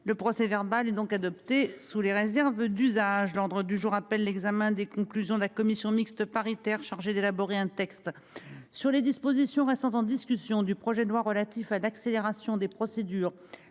le procès verbal donc adopté sous les réserves d'usage. L'ordre du jour appelle l'examen des conclusions de la commission mixte paritaire chargée d'élaborer un texte sur les dispositions restant en discussion du projet de loi relatif à d'accélération des procédures